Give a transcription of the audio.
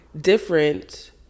different